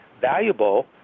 valuable